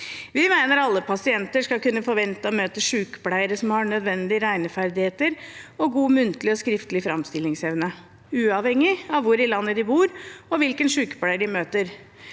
Vi mener alle pasienter skal kunne forvente å møte sykepleiere som har nødvendige regneferdigheter og god muntlig og skriftlig framstillingsevne, uavhengig av hvor i landet de bor, og hvilken sykepleier de møter.